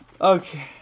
Okay